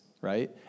right